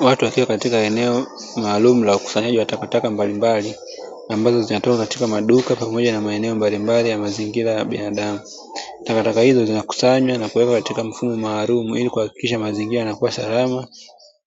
Watu wakiwa katika eneo maalumu wa ukusanyaji wa taka mbalimbali ambazo zinatoka katika maduka pamoja na maeno mbalimbali ya mazingira ya binadamu. Takataka hizo zinakusanywa na kuwekwa katika mfumo maalumu ili kuhakukikisha mazingira yanakuwa salama,